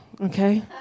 okay